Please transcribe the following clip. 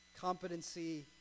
competency